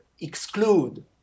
exclude